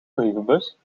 brievenbus